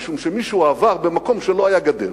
משום שמישהו עבר במקום שלא היתה גדר,